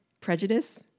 Prejudice